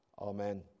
Amen